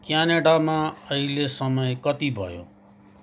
क्यानेडमा अहिले समय कति भयो